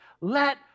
let